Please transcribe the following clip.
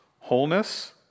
wholeness